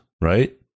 right